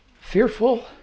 Fearful